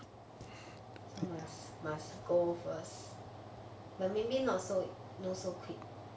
so must must go first but maybe not so not so quick